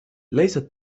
ليست